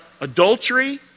adultery